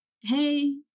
Hey